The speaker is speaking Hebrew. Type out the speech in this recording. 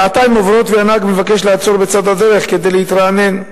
שעתיים עוברות והנהג מבקש לעצור בצד הדרך כדי להתרענן.